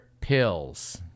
pills